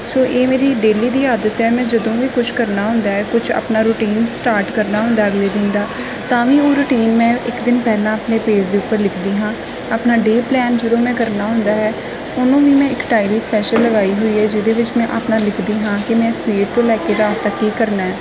ਸੋ ਇਹ ਮੇਰੀ ਡੇਲੀ ਦੀ ਆਦਤ ਹੈ ਮੈਂ ਜਦੋਂ ਵੀ ਕੁਛ ਕਰਨਾ ਹੁੰਦਾ ਹੈ ਕੁਛ ਆਪਣਾ ਰੂਟੀਨ ਸਟਾਰਟ ਕਰਨਾ ਹੁੰਦਾ ਅਗਲੇ ਦਿਨ ਦਾ ਤਾਂ ਵੀ ਉਹ ਰੂਟੀਨ ਮੈਂ ਇੱਕ ਦਿਨ ਪਹਿਲਾਂ ਆਪਣੇ ਪੇਜ ਦੇ ਉੱਪਰ ਲਿਖਦੀ ਹਾਂ ਆਪਣਾ ਡੇ ਪਲੈਨ ਜਦੋਂ ਮੈਂ ਕਰਨਾ ਹੁੰਦਾ ਹੈ ਉਹਨੂੰ ਵੀ ਮੈਂ ਇੱਕ ਡਾਇਰੀ ਸਪੈਸ਼ਲ ਲਗਾਈ ਹੋਈ ਹੈ ਜਿਹਦੇ ਵਿੱਚ ਮੈਂ ਆਪਣਾ ਲਿਖਦੀ ਹਾਂ ਕਿ ਮੈਂ ਸਵੇਰ ਤੋਂ ਲੈ ਕੇ ਰਾਤ ਤੱਕ ਕੀ ਕਰਨਾ ਹੈ